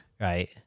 right